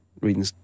reading